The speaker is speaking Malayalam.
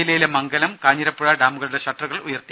ജില്ലയിലെ മംഗലം കാഞ്ഞിരപ്പുഴ ഡാമുകളുടെ ഷട്ടറുകൾ ഉയർത്തി